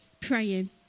praying